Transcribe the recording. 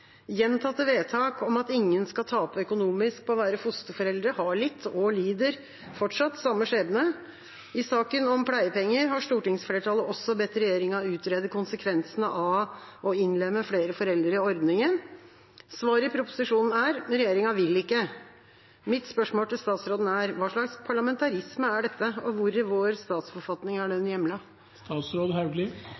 Gjentatte vedtak om at ingen skal tape økonomisk på å være fosterforeldre, har lidt og lider fortsatt samme skjebne. I saken om pleiepenger har stortingsflertallet også bedt regjeringa utrede konsekvensene av å innlemme flere foreldre i ordningen. Svaret i proposisjonen er at regjeringa ikke vil. Mitt spørsmål til statsråden er: Hva slags parlamentarisme er dette, og hvor i vår statsforfatning er den